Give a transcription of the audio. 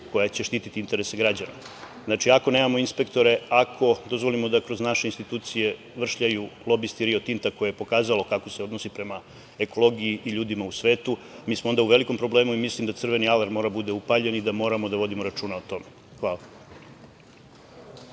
koja će štititi interese građana. Znači, ako nemamo inspektore, ako dozvolimo da kroz naše institucije vršljaju lobisti „Rio Tinta“, koje je pokazalo kako se odnosi prema ekologiji i ljudima u svetu, mi smo onda u velikom problemu i mislim da crveni alarm mora da bude upaljen i da moramo da vodimo računa o tome. Hvala.